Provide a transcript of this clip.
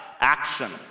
action